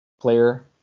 player